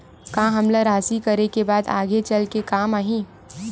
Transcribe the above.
का हमला राशि करे के बाद आगे चल के काम आही?